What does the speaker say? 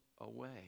away